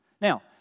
Now